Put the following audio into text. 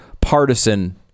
partisan